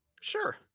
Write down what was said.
sure